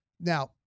Now